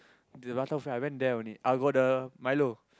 the prata buffet I went there only I go the Milo